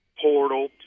portal –